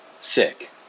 sick